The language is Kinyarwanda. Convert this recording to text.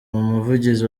umuvugizi